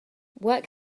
work